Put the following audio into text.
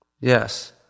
Yes